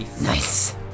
Nice